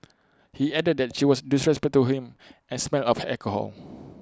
he added that she was disrespectful to him and smelled of alcohol